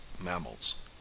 mammals